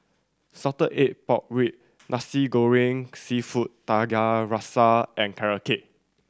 salted egg pork rib Nasi Goreng Seafood Tiga Rasa and Carrot Cake